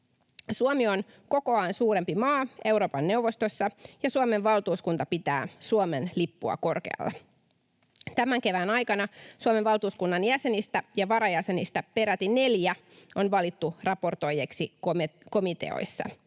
Suomi on kokoaan suurempi maa Euroopan neuvostossa, ja Suomen valtuuskunta pitää Suomen lippua korkealla. Tämän kevään aikana Suomen valtuuskunnan jäsenistä ja varajäsenistä peräti neljä on valittu raportoijiksi komiteoissa.